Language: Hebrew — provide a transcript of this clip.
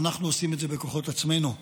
אנחנו עושים את זה בכוחות עצמנו.